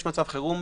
זה שיש מצב חירום.